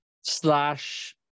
slash